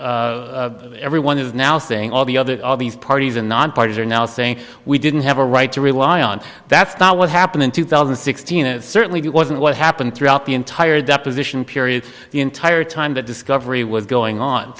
are everyone is now saying all the other parties and nonpartizan are now saying we didn't have a right to rely on that's not what happened in two thousand and sixteen it certainly wasn't what happened throughout the entire deposition period the entire time that discovery was going on